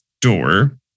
door